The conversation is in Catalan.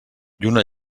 lluna